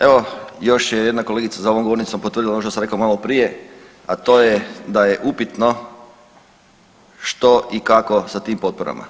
Evo još je jedna kolegica za govornicom potvrdila ono što sam rekao maloprije a to je da je upitno što i kako sa tim potporama.